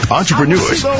entrepreneurs